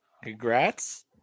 congrats